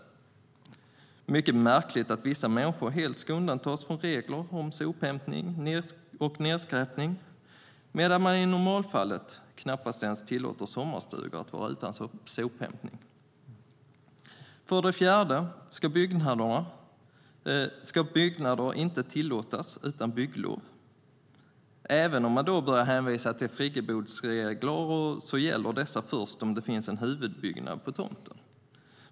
Det är mycket märkligt att vissa människor helt ska undantas från regler om sophämtning och nedskräpning, medan man i normalfallet knappast ens tillåter sommarstugor att vara utan sophämtning. För det fjärde ska byggnader inte tillåtas utan bygglov. Man kan börja hänvisa till friggebodsregler, men de gäller först om det finns en huvudbyggnad på tomten.